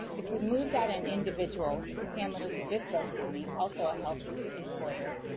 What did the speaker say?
if we move that and individual to san luis obispo county, also a health employer,